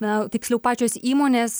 na tiksliau pačios įmonės